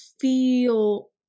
feel